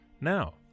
Now